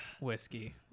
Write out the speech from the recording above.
whiskey